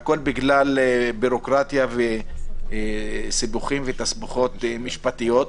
הכול בגלל ביורוקרטיה, סיבוכים ותסבוכות משפטיות.